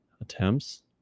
attempts